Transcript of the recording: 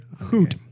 hoot